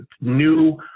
new